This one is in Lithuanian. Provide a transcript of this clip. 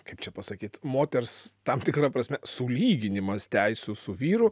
kaip čia pasakyt moters tam tikra prasme sulyginimas teisių su vyru